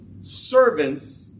servants